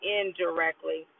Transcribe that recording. indirectly